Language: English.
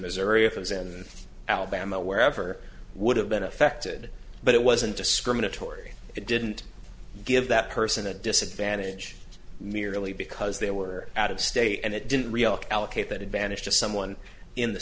missouri if it was in alabama wherever would have been affected but it wasn't discriminatory it didn't give that person a disadvantage merely because they were out of state and it didn't react allocate that advantage to someone in the